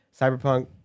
Cyberpunk